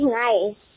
nice